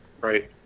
Right